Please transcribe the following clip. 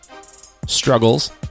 struggles